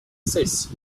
сессии